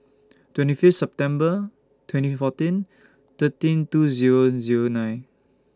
twenty Fifth September twenty fourteen thirteen two Zero Zero nine